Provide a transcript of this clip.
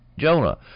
Jonah